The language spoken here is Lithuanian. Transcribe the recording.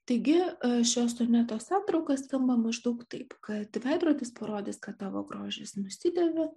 taigi šio soneto santrauka skamba maždaug taip kad veidrodis parodys kad tavo grožis nusidėvi